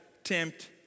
tempt